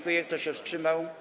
Kto się wstrzymał?